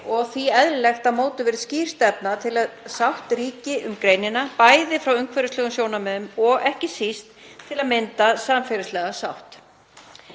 og því eðlilegt að mótuð verði skýr stefna til að sátt ríki um greinina, bæði frá umhverfislegum sjónarmiðum og ekki síst til að mynda samfélagslega sátt.